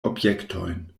objektojn